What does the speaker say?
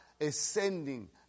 ascending